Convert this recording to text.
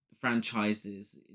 franchises